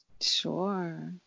Sure